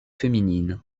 féminine